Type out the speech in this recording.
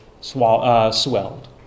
swelled